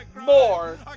more